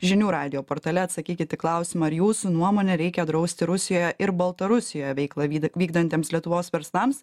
žinių radijo portale atsakykit į klausimą ar jūsų nuomone reikia draust rusijoje ir baltarusijoje veiklą vyd vykdantiems lietuvos verslams